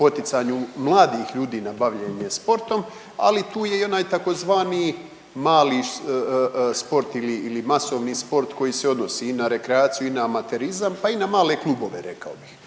poticanju mladih ljudi na bavljenje sportom. Ali tu je i onaj tzv. mali sport ili masovni sport koji se odnosi i na rekreaciju, i na amaterizam, pa i na male klubove rekao bih